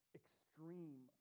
extreme